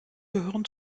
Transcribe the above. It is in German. gehören